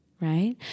right